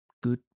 Good